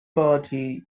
party